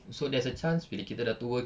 so there's a chance bila kita dah tua